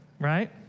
right